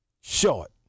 short